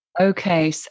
Okay